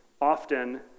often